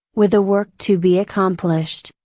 with the work to be accomplished,